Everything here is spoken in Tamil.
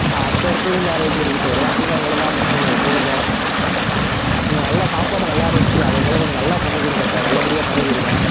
சார் அடுத்தது அடுத்தது மேரேஜ் இருக்குது சார் எல்லாத்துக்கும் உங்களை தான் புக் பண்ணுவோம் எப்பொழுதும் நீங்கள் நல்லா சாப்பாடு நல்லா இருந்துச்சு அதேபோல கொஞ்சம் நல்லா பண்ணிக் கொடுங்க சார் நல்லபடியாக பண்ணிக் கொடுங்க